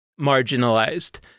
marginalized